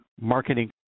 marketing